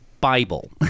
Bible